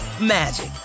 magic